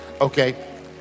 okay